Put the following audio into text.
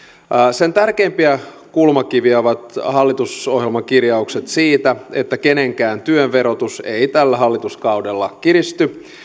sen tärkeimpiä kulmakiviä ovat hallitusohjelman kirjaukset siitä että kenenkään työn verotus ei tällä hallituskaudella kiristy